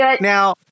Now